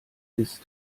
ist